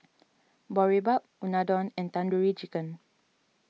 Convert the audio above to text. Boribap Unadon and Tandoori Chicken